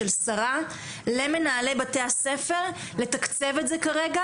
של שרה למנהלי בתי הספר לתקצב את זה כרגע,